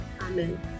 Amen